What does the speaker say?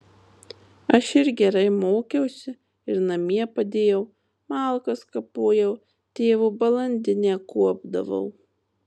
aš ir gerai mokiausi ir namie padėjau malkas kapojau tėvo balandinę kuopdavau